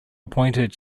appointed